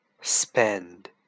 spend